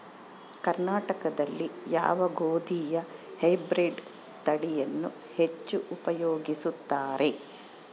ಕರ್ನಾಟಕದಲ್ಲಿ ಯಾವ ಗೋಧಿಯ ಹೈಬ್ರಿಡ್ ತಳಿಯನ್ನು ಹೆಚ್ಚು ಉಪಯೋಗಿಸುತ್ತಾರೆ?